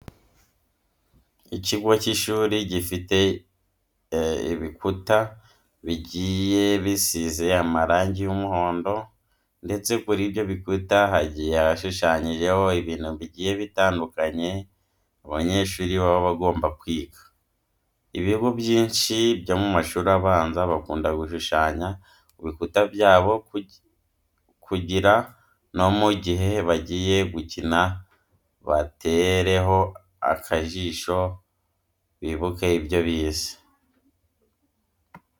Ikigo cy'ishuri gifite ibikuta bigiye bisize amarangi y'umuhondo ndetse kuri ibyo bikuta hagiye hashushanyijeho ibintu bigiye bitandukanye abanyeshuri baba bagomba kwiga. Ibigo byinshi byo mu mashuri abanza bakunda gushushanya ku bikuta byabyo kugira no mu gihe bagiye gukina batereho akajisho bibike ibyo bize.